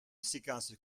séquence